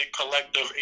collective